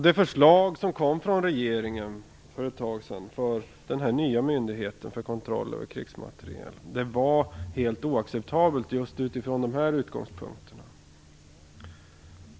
Det förslag om en ny myndighet för kontroll av krigsmateriel som kom från regeringen för ett tag sedan är helt oacceptabelt från dessa utgångspunkter.